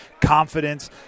confidence